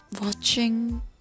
watching